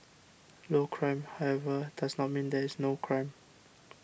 low crime however does not mean that there is no crime